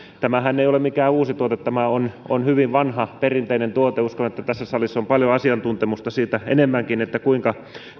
tämähän ei ole mikään uusi tuote tämä on on hyvin vanha perinteinen tuote uskon että tässä salissa on asiantuntemusta siitä enemmänkin kuinka